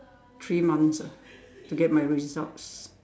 three months ah to get my results